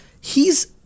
He's-